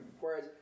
whereas